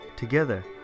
Together